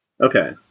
Okay